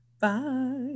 Bye